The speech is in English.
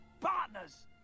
Partners